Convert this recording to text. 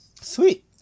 Sweet